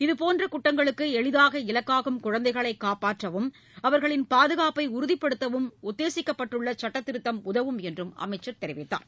இதுபோன்றகுற்றங்களுக்குஎளிதாக இலக்காகும் குழந்தைகளைகாப்பாற்றவும் அவர்களின் பாதுகாப்பைஉறுதிப்படுத்தவும் உத்தேசிக்கப்பட்டுள்ளசுட்டத்திருத்தம் உதவும் என்றும் அமைச்சர் தெரிவித்தார்